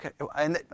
okay